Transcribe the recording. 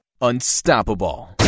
unstoppable